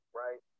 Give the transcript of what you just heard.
right